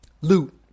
loot